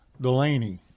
Delaney